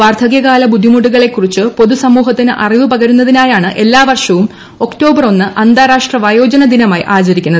വാർദ്ധകൃകാല ബുദ്ധിമുട്ടുകളെകുറിച്ച് പൊതുസമൂഹത്തിന് അറിവ് പകരുന്നതിനായാണ് എല്ലാ വർഷവും ഒക്ടോബർ ഒന്ന് അന്താരാഷ്ട്ര വയോജന ദിനമായി ആചരിക്കുന്നത്